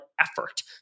effort